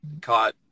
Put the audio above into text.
caught